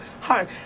hard